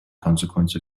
consequence